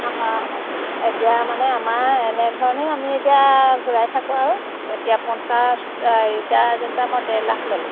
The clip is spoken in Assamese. অঁ এতিয়া মানে আমাৰ এনেধৰণে আমি এতিয়া ঘূৰাই থাকোঁ আৰু এতিয়া পঞ্চাছ এতিয়া যেনিবা আমাৰ ডেৰ লাখ ল'লোঁ